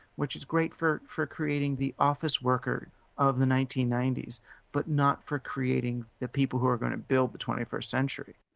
which is great for for creating the office worker of the nineteen ninety s but not for creating the people who are going to build the twenty first century.